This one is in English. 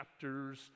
chapters